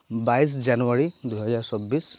বাইছ জানুৱাৰী দুহেজাৰ চৌব্বিছ